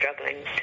struggling